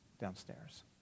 downstairs